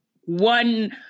one